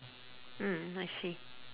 mm I see